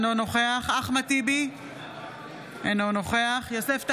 אינו נוכח אחמד טיבי, אינו נוכח יוסף טייב,